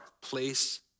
place